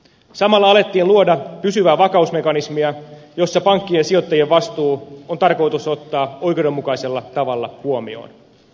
samalla alettiin luoda pysyvää vakausmekanismia jossa pankkien ja sijoittajien vastuu on tarkoitus ottaa oikeudenmukaisella tavalla huomioon